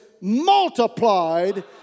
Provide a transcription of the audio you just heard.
multiplied